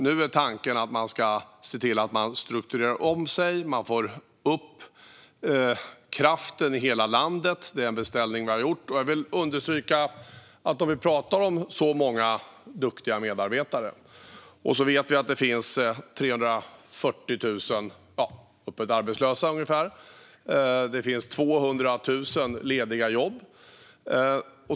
Nu är tanken att man ska strukturera om sig och få upp kraften i hela landet. Detta är en beställning som vi har gjort. Jag vill understryka att det finns 11 000 duktiga medarbetare och ungefär 340 000 öppet arbetslösa och 200 000 lediga jobb.